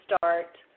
start